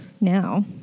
Now